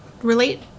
relate